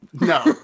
No